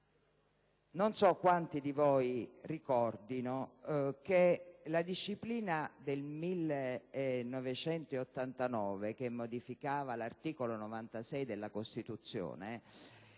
Non so quanti di voi ricordano che la disciplina del 1989, che modificava l'articolo 96 della Costituzione,